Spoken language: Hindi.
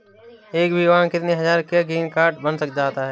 एक बीघा में कितनी हज़ार का ग्रीनकार्ड बन जाता है?